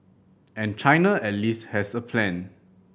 and China at least has a plan